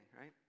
right